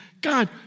God